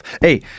hey